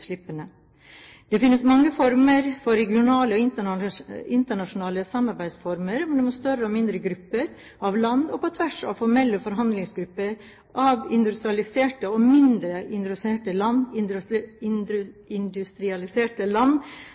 Det finnes mange former for regionalt og internasjonalt samarbeid mellom større og mindre grupper – på tvers av formelle forhandlingsgrupper – av industrialiserte og mindre industrialiserte land,